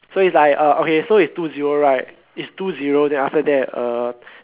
so is like uh okay so is two zero right is two zero then after that uh